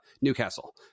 newcastle